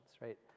right